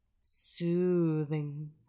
soothing